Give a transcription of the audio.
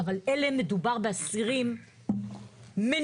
אבל כאן מדובר באסירים מנוולים,